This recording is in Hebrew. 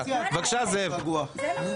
בפרלמנטים אחרים זה הרבה יותר.